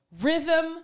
Rhythm